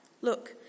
Look